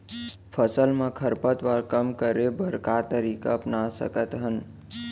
फसल मा खरपतवार कम करे बर का तरीका अपना सकत हन?